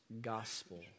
gospel